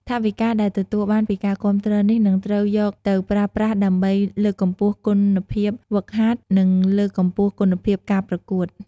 ថវិកាដែលទទួលបានពីការគាំទ្រនេះ នឹងត្រូវយកទៅប្រើប្រាស់ដើម្បី លើកកម្ពស់គុណភាពហ្វឹកហាត់ និងលើកកម្ពស់គុណភាពការប្រកួត។